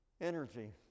energy